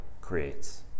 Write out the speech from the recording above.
creates